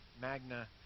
Magna